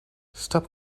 stop